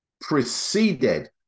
preceded